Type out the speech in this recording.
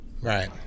Right